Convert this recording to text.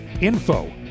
info